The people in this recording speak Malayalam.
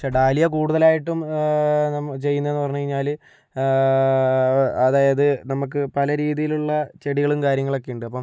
പക്ഷെ ഡാലിയ കൂടുതലായിട്ടും ചെയ്യുന്നെന്ന് പറഞ്ഞു കഴിഞ്ഞാൽ അതായത് നമ്മൾക്ക് പല രീതിയിലുള്ള ചെടികളും കാര്യങ്ങളൊക്കെയുണ്ട് അപ്പോൾ